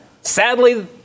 Sadly